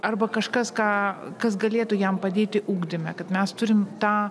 arba kažkas ką kas galėtų jam padėti ugdyme kad mes turim tą